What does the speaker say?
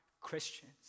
Christians